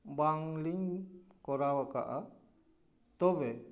ᱵᱟᱝᱞᱤᱧ ᱠᱚᱨᱟᱣ ᱟᱠᱟᱫᱼᱟ ᱛᱚᱵᱮ